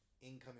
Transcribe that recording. incoming